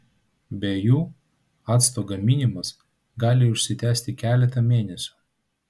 be jų acto gaminimas gali užsitęsti keletą mėnesių